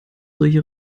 solche